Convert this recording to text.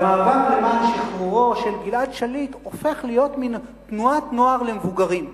והמאבק למען שחרורו של גלעד שליט הופך להיות מין תנועת נוער למבוגרים.